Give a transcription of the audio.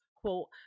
quote